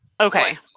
okay